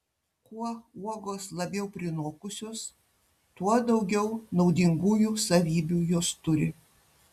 kuo uogos labiau prinokusios tuo daugiau naudingųjų savybių jos turi